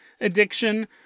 addiction